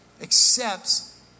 accepts